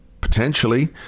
Potentially